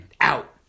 out